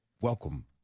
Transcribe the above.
Welcome